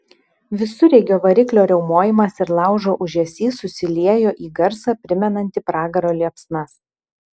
visureigio variklio riaumojimas ir laužo ūžesys susiliejo į garsą primenantį pragaro liepsnas